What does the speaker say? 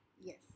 Yes